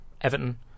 Everton